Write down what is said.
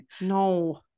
No